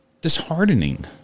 disheartening